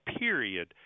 period